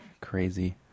crazy